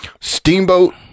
Steamboat